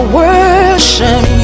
worship